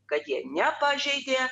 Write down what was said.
kad jie nepažeidė